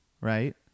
right